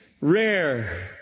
rare